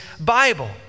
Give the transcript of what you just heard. Bible